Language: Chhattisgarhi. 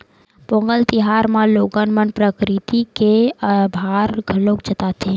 पोंगल तिहार म लोगन मन प्रकरिति के अभार घलोक जताथे